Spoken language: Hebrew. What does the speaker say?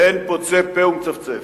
ואין פוצה פה ומצפצף.